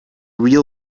real